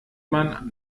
man